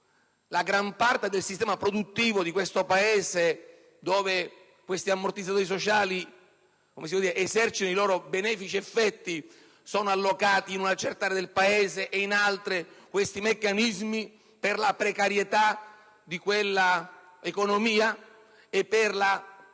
la gran parte del sistema produttivo, dove questi ammortizzatori sociali esercitano i loro benefici effetti, è allocata in una certa area del Paese. In altre aree quei meccanismi, per la precarietà di quell'economia e di tanti